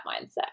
mindset